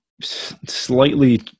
slightly